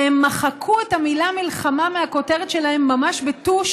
והם מחקו את המילה "מלחמה" מהכותרת שלהם ממש בטוש